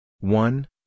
One